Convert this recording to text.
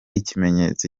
ikimenyetso